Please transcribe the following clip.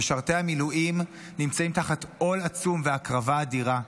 משרתי המילואים נמצאים תחת עול עצום והקרבה אדירה.